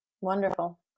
Wonderful